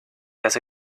hace